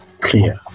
clear